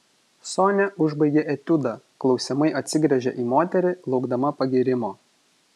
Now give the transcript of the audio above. sonia užbaigė etiudą klausiamai atsigręžė į moterį laukdama pagyrimo